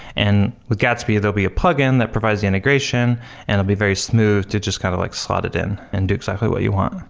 and with gatsby, there'll be a plugin that provides integration and it'd be very smooth to just kind of like slot it in and do exactly what you want.